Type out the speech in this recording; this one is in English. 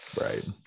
Right